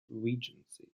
regency